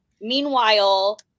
Meanwhile